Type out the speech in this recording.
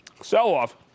sell-off